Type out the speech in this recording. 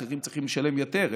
האחרים צריכים לשלם יותר,